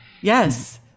Yes